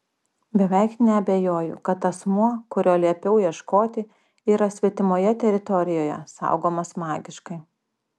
beveik neabejoju kad asmuo kurio liepiau ieškoti yra svetimoje teritorijoje saugomas magiškai